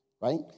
Right